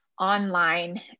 online